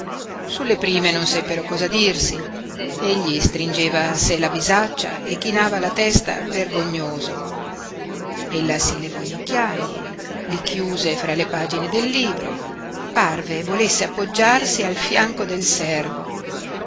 sulle prime non seppero cosa dirsi egli stringeva a sé la bisaccia e chinava la testa vergognoso ella si levò gli occhiali li chiuse fra le pagine del libro parve volesse appoggiarsi al fianco del servo